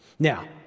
Now